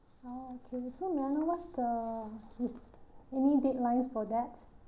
oh okay so may I know what's the is any deadlines for that